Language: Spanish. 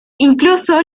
incluso